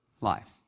life